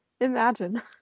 Imagine